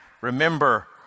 remember